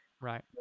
right